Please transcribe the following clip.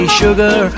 sugar